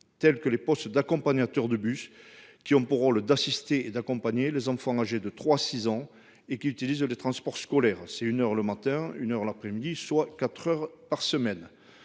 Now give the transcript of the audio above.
tels que les postes d'accompagnateurs de bus, qui ont pour rôle d'assister les enfants âgés de 3 ans à 6 ans utilisant les transports scolaires- une heure le matin et une heure l'après-midi, quatre jours par semaine.